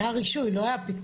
היה רישוי, לא היה פיקוח.